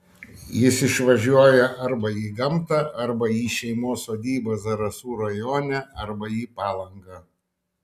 jis išvažiuoja arba į gamtą arba į šeimos sodybą zarasų rajone arba į palangą